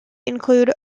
include